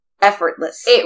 Effortless